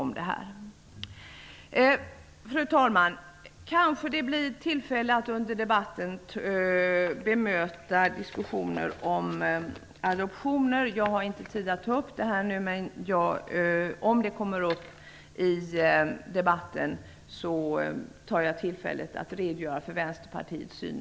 Fru talman! Det kanske blir tillfälle under debatten att bemöta diskussionen om adoptioner. Jag har inte tid att ta upp den frågan nu, men om den kommer upp i debatten tar jag tillfället att i en replik redogöra för Vänsterpartiets syn.